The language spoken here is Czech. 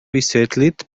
vysvětlit